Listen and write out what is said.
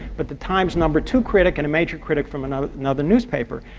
but the times number two critic and a major critic from another another newspaper.